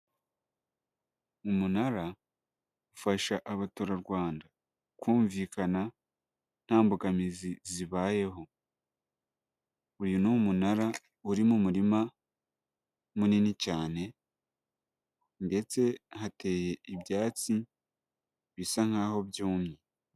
Umunara ufasha abatura Rwanda kumvikana, nta mbogamizi zibayeho. Uyu ni umunara uri mu murima munini cyane, ndetse hateye ibyatsi bisa nkaho byumye.